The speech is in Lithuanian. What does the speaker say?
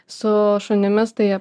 su šunimis tai